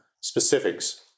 specifics